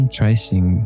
tracing